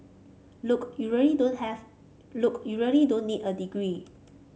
look you really don't have look you really don't need a degree